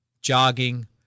jogging